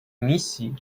миссии